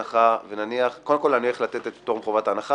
קודם כול אני הולך לתת פטור מחובת הנחה